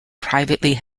privately